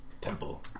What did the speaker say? Temple